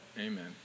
Amen